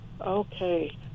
okay